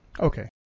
okay